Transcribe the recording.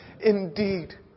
Indeed